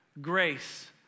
grace